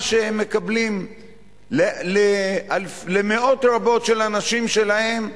מה שהם מקבלים למאות רבות של אנשים שלהם,